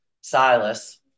Silas